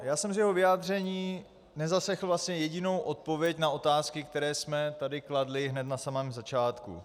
Já jsem z jeho vyjádření nezaslechl vlastně jedinou odpověď na otázky, které jsme tady kladli hned na samém začátku.